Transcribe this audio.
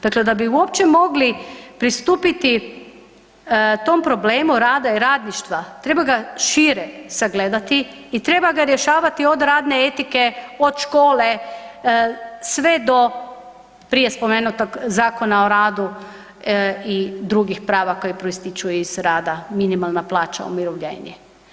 Dakle da bi uopće mogli pristupiti tom problemu rada i radništva, treba ga šire sagledati i treba ga rješavati od radne etike, od škole, sve do prije spomenutog Zakona o radu i drugih prava koje proističu iz rada, minimalna plaća, umirovljenje.